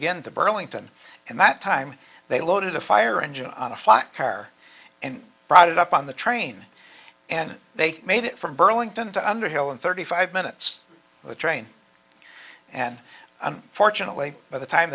again to burlington and that time they loaded a fire engine on a flat care and brought it up on the train and they made it from burlington to underhill in thirty five minutes of the train and fortunately by the time